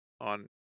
on